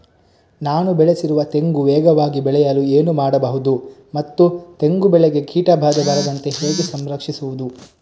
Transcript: ನಾನು ಬೆಳೆಸಿರುವ ತೆಂಗು ವೇಗವಾಗಿ ಬೆಳೆಯಲು ಏನು ಮಾಡಬಹುದು ಮತ್ತು ತೆಂಗು ಬೆಳೆಗೆ ಕೀಟಬಾಧೆ ಬಾರದಂತೆ ಹೇಗೆ ಸಂರಕ್ಷಿಸುವುದು?